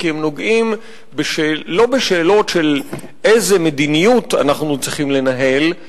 כי הם נוגעים לא בשאלות של איזו מדיניות אנחנו צריכים לנהל,